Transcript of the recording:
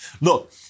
Look